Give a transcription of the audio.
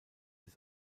des